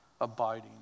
Abiding